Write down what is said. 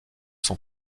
sont